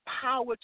power